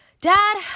Dad